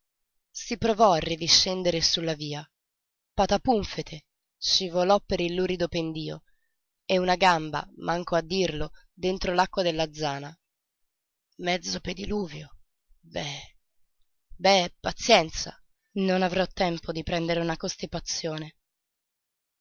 provò a ridiscendere su la via patapúnfete scivolò per il lurido pendio e una gamba manco a dirlo dentro l'acqua della zana mezzo pediluvio be be pazienza non avrò tempo di prendere una costipazione